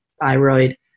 Thyroid